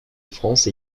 france